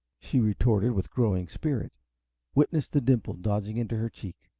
she retorted with growing spirit witness the dimple dodging into her cheek.